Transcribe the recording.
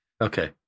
Okay